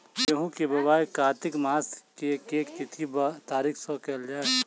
गेंहूँ केँ बोवाई कातिक मास केँ के तिथि वा तारीक सँ कैल जाए?